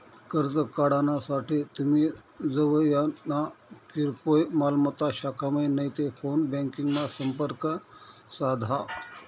कर्ज काढानासाठे तुमी जवयना किरकोय मालमत्ता शाखामा नैते फोन ब्यांकिंगमा संपर्क साधा